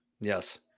yes